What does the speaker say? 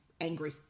angry